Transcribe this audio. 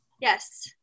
Yes